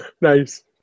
nice